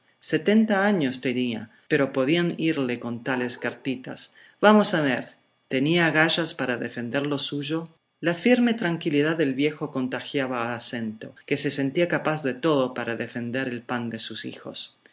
setenta años tenía pero podían irle con tales cartitas vamos a ver tenía agallas para defender lo suyo la firme tranquilidad del viejo contagiaba a snto que se sentía capaz de todo para defender el pan de sus hijos